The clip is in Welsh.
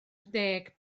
deg